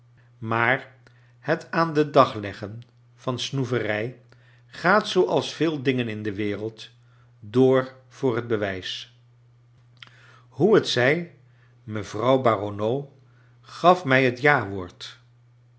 maar het aan den dag leggen van snoeverij gaat zooals veel dingen in de wereld door voor een bewijs hoe t zij mevrouw barronneau gaf mij bet jawoord